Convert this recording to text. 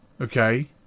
Okay